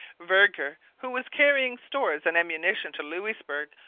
vergor, who was carrying stores and ammunition to louisbourg,